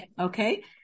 okay